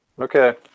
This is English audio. Okay